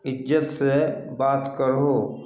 इज्जत से बात करहो